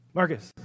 Marcus